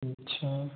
अच्छा